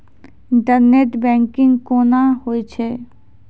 Internet banking कोना होय छै?